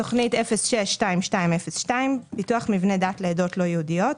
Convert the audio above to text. תוכנית 06-22-02 פיתוח מבני דת לעדות לא יהודיות: